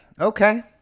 Okay